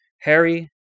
Harry